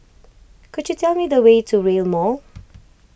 could you tell me the way to Rail Mall